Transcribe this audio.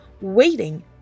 waiting